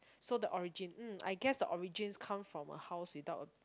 so the origin mm I guess the origins come from a house without a